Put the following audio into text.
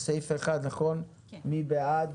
סעיף 1. מי בעד?